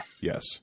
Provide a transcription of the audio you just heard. Yes